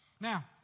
Now